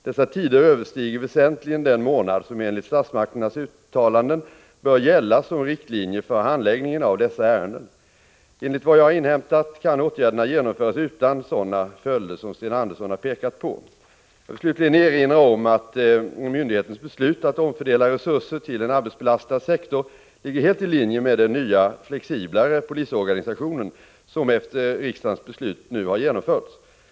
Dessa tider överstiger väsentligt den månad som enligt statsmakternas uttalanden bör gälla som riktlinje för handläggning av dessa ärenden. Enligt vad jag har inhämtat kan åtgärderna genomföras utan sådana följder som Sten Andersson pekat på. Jag vill slutligen erinra om att myndighetens beslut att omfördela resurser till en arbetsbelastad sektor ligger helt i linje med den nya, flexiblare polisorganisationen som efter riksdagens beslut nu har genomförts.